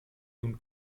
nun